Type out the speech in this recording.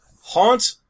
Haunt